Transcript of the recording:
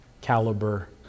caliber